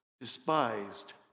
despised